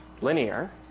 linear